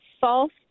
false